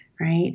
right